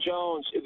Jones